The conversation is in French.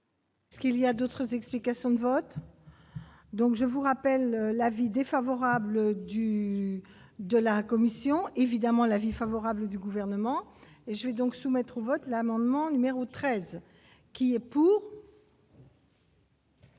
Ce qu'il y a d'autres explications de vote, donc je vous rappelle l'avis défavorable du de la commission évidemment l'avis favorable du gouvernement et je vais donc soumettre au vote de l'amendement numéro 13 qui est pour.